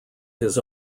his